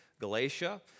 Galatia